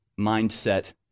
mindset